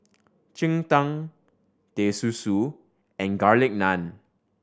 cheng tng Teh Susu and Garlic Naan